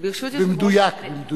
במדויק, במדויק.